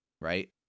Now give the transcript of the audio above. right